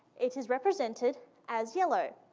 it is represented as yellow.